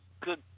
Good